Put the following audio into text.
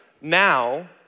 now